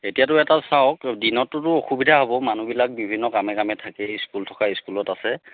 এতিয়াতো এটা চাওক দিনতটোতো অসুবিধা হ'ব মানুহবিলাক বিভিন্ন কামে কামে থাকেই স্কুল থকাই স্কুলত আছে